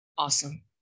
Awesome